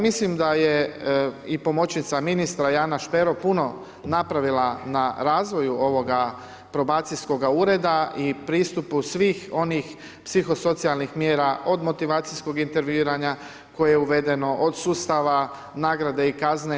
Mislim da je i pomoćnica ministra i Ana Špero puno napravila na razvoja ovoga probacijskog ureda i pristupu svih onih psihosocijalnih mjera od motivacijskog intervjuiranja koje uvedeno do sustava, nagrade i kazne.